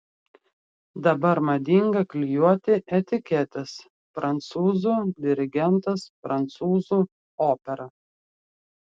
dabar madinga klijuoti etiketes prancūzų dirigentas prancūzų opera